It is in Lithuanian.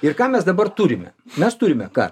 ir ką mes dabar turime mes turime kad